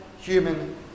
human